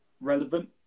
relevant